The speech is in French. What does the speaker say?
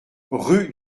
rue